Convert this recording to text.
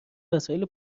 وسایل